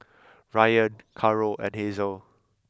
Ryann Caro and Hazel